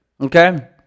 Okay